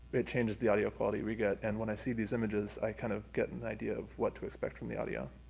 it change the audio quality we get. and when i see these images, i kind of get an idea of what to expect from the audio.